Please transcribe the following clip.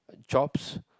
jobs